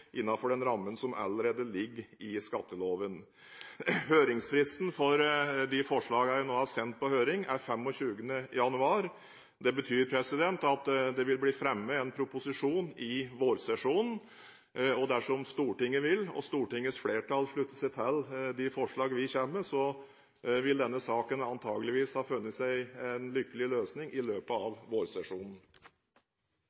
innenfor den rammen som allerede ligger i skatteloven. Fristen for de forslagene jeg nå har sendt på høring, er 25. januar. Det betyr at det vil bli fremmet en proposisjon i vårsesjonen. Dersom Stortinget vil, og Stortingets flertall slutter seg til de forslag vi kommer med, vil denne saken antakeligvis ha funnet en lykkelig løsning i løpet av